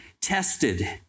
Tested